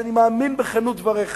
שאני מאמין בכנות דבריך,